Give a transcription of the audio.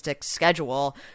Schedule